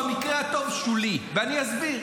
במקרה הטוב, הוא ביקור שולי, ואני אסביר.